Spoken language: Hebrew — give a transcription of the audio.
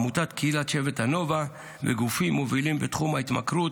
עמותת קהילת שבט הנובה וגופים מובילים בתחום ההתמכרות.